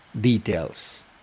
details